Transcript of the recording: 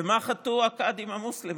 במה חטאו הקאדים המוסלמים?